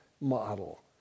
model